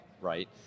Right